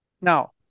Now